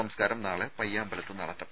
സംസ്കാരം നാളെ പയ്യാമ്പലത്ത് നടത്തും